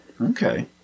Okay